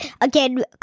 Again